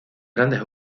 grandes